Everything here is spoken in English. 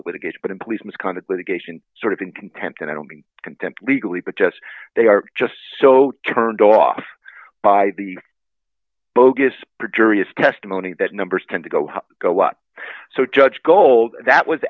litigation and police misconduct litigation sort of in contempt and i don't mean contempt legally but just they are just so turned off by the bogus perjurious testimony that numbers tend to go a lot so judge gold that was